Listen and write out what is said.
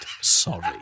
Sorry